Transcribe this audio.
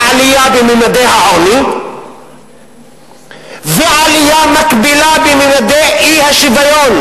עלייה בממדי העוני ועלייה מקבילה בממדי האי-שוויון.